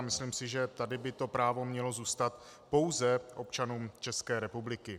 Myslím si, že tady by to právo mělo zůstat pouze občanům České republiky.